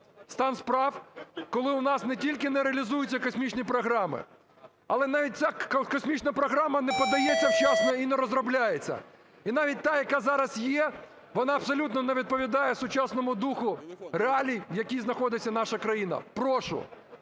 стан справ, коли у нас не тільки не реалізуються космічні програми, але навіть ця космічна програма не подається вчасно і не розробляється, і навіть та, яка зараз є, вона абсолютно не відповідає сучасному духу реалій, в яких знаходиться наша країна. Прошу,